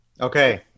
Okay